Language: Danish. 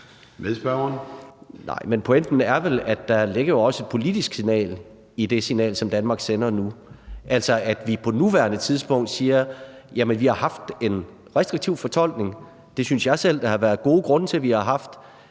(EL): Nej, men pointen er vel, at der også ligger et politisk signal i det signal, som Danmark sender nu, altså hvor vi på nuværende tidspunkt siger, at vi har haft en restriktiv fortolkning – det synes jeg selv der har været gode grunde til vi har haft